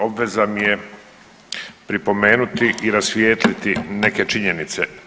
Obveza mi je pripomenuti i rasvijetliti neke činjenice.